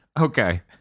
Okay